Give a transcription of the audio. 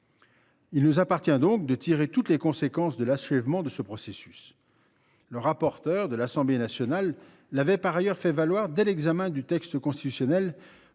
Il nous appartient donc de tirer toutes les conséquences de l’achèvement de ce processus. Le rapporteur de l’Assemblée nationale l’avait par ailleurs fait valoir dès l’examen du texte constitutionnel